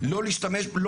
לא להיות קיים.